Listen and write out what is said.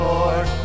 Lord